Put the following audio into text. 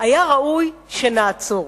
היה ראוי שנעצור.